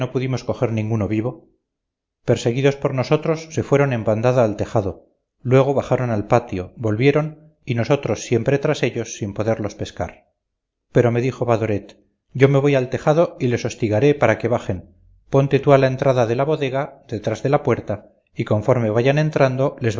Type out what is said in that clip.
pudimos coger ninguno vivo perseguidos por nosotros se fueron en bandada al tejado luego bajaron al patio volvieron y nosotros siempre tras ellos sin poderlos pescar pero me dijo badoret yo me voy al tejado y les hostigaré para que bajen ponte tú a la entrada de la bodega detrás de la puerta y conforme vayan entrando